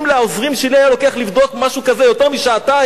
אם לעוזרים שלי היה לוקח לבדוק משהו כזה יותר משעתיים,